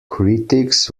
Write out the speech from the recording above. critics